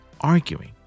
arguing